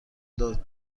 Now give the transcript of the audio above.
داد